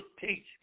teach